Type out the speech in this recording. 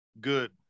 good